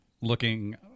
looking